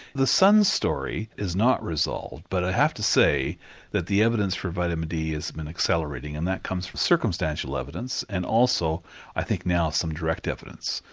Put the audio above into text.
the sun story is not resolved but i have to say that the evidence for vitamin d has been accelerating and that comes from circumstantial evidence and also i think now some direct evidence.